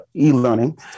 e-learning